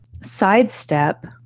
Sidestep